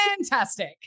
Fantastic